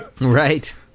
Right